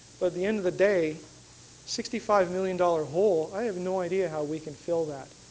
but the end of the day sixty five million dollars hole i have no idea how we can fill that.